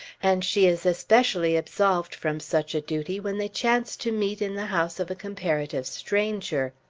and she is especially absolved from such a duty when they chance to meet in the house of a comparative stranger.